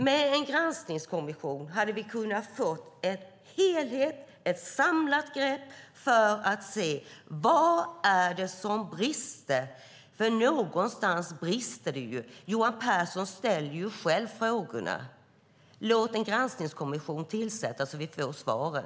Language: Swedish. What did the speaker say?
Med en granskningskommission hade vi kunnat få en helhet, ett samlat grepp för att se vad det är som brister, för någonstans brister det ju. Johan Pehrson ställer själv frågorna. Låt en granskningskommission tillsättas, och vi får svaren.